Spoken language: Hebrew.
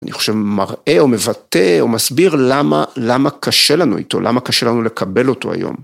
אני חושב, מראה או מבטא או מסביר למה, למה קשה לנו אתו, למה קשה לנו לקבל אותו היום.